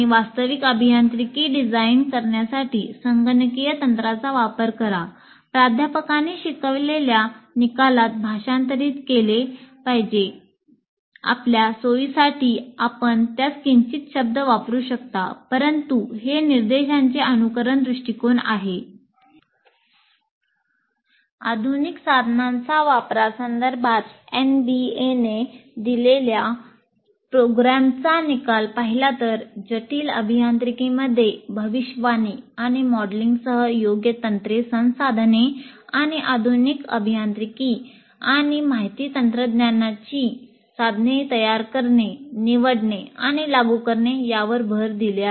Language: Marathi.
एखादी व्यक्ती डिव्हाइसची तत आधुनिक साधनांच्या वापरासंदर्भात एनबीएने साधने तयार करणे निवडणे आणि लागू करणे यावर भर दिले आहे